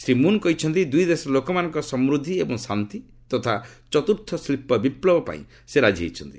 Shri Moon କହିଛନ୍ତି ଦୁଇଦେଶର ଲୋକମାନଙ୍କ ସମୂଦ୍ଧି ଏବଂ ଶାନ୍ତି ତଥା ଚତ୍ର୍ଥ ଶିଳ୍ପ ବିପୁବ ପାଇଁ ସେ ରାଜି ହୋଇଛନ୍ତି